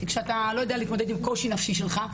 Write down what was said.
וכשאתה לא יודע להתמודד עם קושי נפשי שלך,